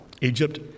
Egypt